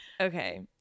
Okay